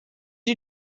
you